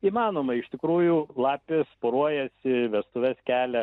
įmanoma iš tikrųjų lapės poruojasi vestuves kelia